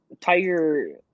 Tiger